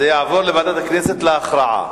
זה יעבור לוועדת הכנסת להכרעה.